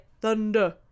Thunder